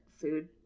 food